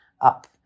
up